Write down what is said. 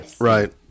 Right